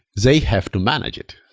they have to manage it.